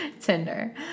Tinder